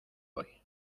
hoy